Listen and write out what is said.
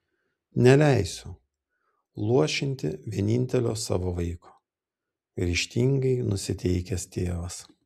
neleisiu luošinti vienintelio savo vaiko ryžtingai nusiteikęs tėvas